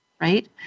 Right